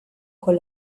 con